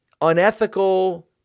unethical